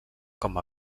com